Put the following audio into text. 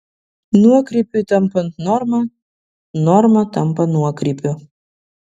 nuokrypiui tampant norma norma tampa nuokrypiu